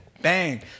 bang